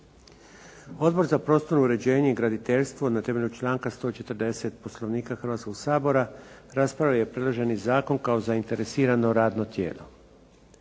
Odbor za prostor, uređenje i graditeljstvo na temelju članka 140. Poslovnika Hrvatskog sabora raspravio je predloženi zakon kao zainteresirano radno tijelo.